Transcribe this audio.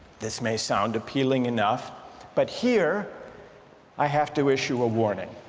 this may sound appealing enough but here i have to issue a warning,